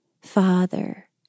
father